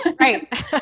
Right